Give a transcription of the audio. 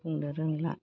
बुंनो रोंला